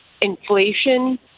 inflation